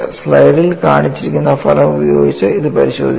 സ്ലൈഡിൽ കാണിച്ചിരിക്കുന്ന ഫലം ഉപയോഗിച്ച് ഇത് പരിശോധിക്കുക